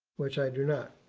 which i do not.